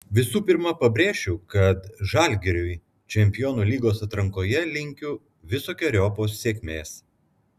visų pirma pabrėšiu kad žalgiriui čempionų lygos atrankoje linkiu visokeriopos sėkmės